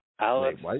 Alex